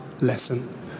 lesson